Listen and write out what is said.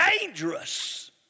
dangerous